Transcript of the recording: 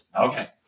Okay